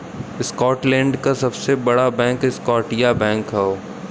Scotland क सबसे बड़ा बैंक स्कॉटिया बैंक हौ